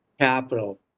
capital